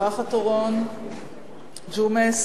משפחת אורון, ג'ומס,